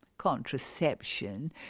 contraception